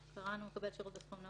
"מקבל שירות בסכום נמוך"